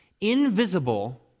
invisible